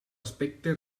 aspecte